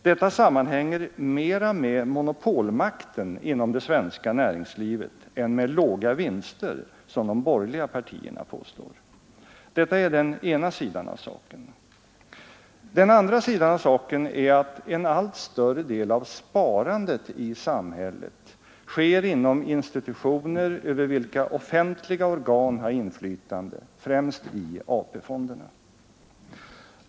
Detta sammanhänger mera med monopolmakten inom det svenska näringslivet än med låga vinster, som de borgerliga partierna påstår. Detta är den ena sidan av saken. Den andra sidan av saken är att en allt större del av sparandet i samhället sker inom instititutioner över vilka offentliga organ har inflytande, främst i AP-fonderna.